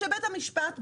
שבית המשפט,